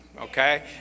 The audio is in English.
Okay